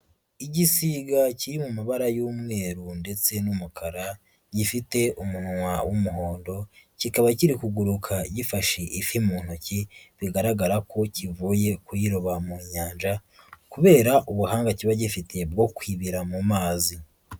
Igisiga kiri mu mabara y'umweru ndetse n'umukara, gifite umunwa w'umuhondo, kikaba kiri kuguruka gifashe ifi mu ntoki, bigaragara ko kivuye kuyiroba mu nyanja kubera ubuhanga kiba gifite bwo kwibira mu mazi.